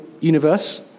universe